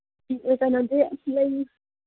ꯀꯩꯅꯣꯗꯤ ꯂꯩ